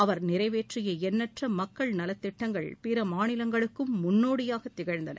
அவர் நிறைவேற்றிய எண்ணற்ற மக்கள் நலத்திட்டங்கள் பிற மாநிலங்களுக்கும் முன்னோடியாக திகழ்ந்தன